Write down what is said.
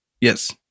Yes